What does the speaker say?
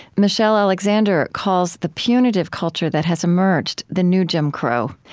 michelle alexander calls the punitive culture that has emerged the new jim crow.